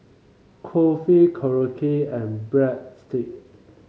Kulfi Korokke and Breadstick